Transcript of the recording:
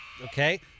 Okay